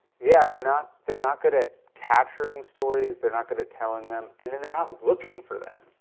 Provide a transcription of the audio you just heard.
yeah, they're not they're not good at capturing stories, they're not good at telling them and then they're not looking for them.